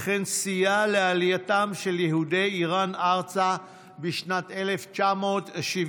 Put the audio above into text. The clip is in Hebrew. וכן סייע לעלייתם של יהודי איראן ארצה בשנת 1979,